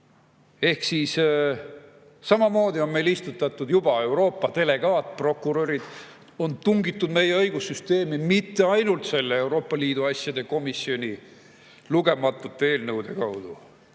pessa. Samamoodi on meil istutatud juba Euroopa delegaatprokurörid, on tungitud meie õigussüsteemi mitte ainult Euroopa Liidu asjade komisjoni lugematute eelnõude kaudu,